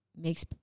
makes